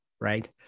right